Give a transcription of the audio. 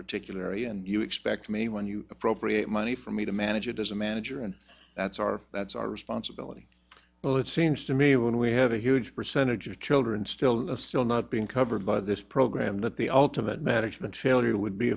particular area and you expect me when you appropriate money for me to manage it as a manager and that's our that's our responsibility well it seems to me when we have a huge percentage of children still still not being covered by this program that the ultimate management failure would be